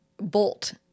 Bolt